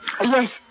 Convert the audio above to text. Yes